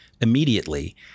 immediately